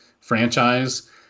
franchise